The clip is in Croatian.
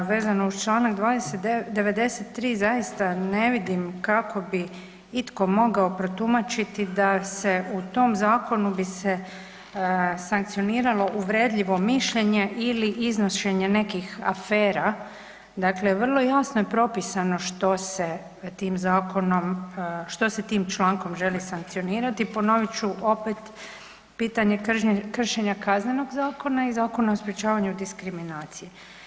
Vezano uz 93., zaista ne vidim kako bi itko mogao protumačiti da se u tom zakonu bi se sankcioniralo uvredljivo mišljenje ili iznošenje nekih afera, dakle vrlo jasno je propisano što se tim člankom želi sankcionirati, ponovit ću opet pitanje kršenja Kaznenog zakona i Zakona o sprječavanju diskriminacije.